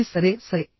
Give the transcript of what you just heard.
అది సరే సరే